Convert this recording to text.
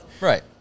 Right